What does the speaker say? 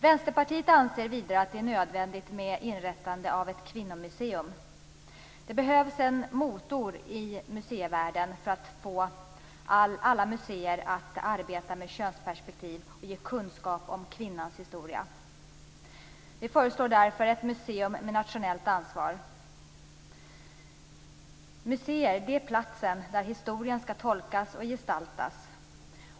Vänsterpartiet anser vidare att det är nödvändigt med inrättande av ett kvinnomuseum. Det behövs en motor i museivärlden för att man skall få alla museer att arbeta med könsperspektiv och ge kunskap om kvinnans historia. Vi föreslår därför ett museum med nationellt ansvar. Museer är platser där historien skall tolkas och gestaltas.